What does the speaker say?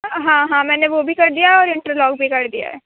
ہاں ہاں میں نے وہ بھی کر دیا ہے اور انٹر لاک بھی کر دیا ہے